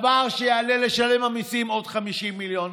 דבר שיעלה למשלם המיסים עוד 50 מיליון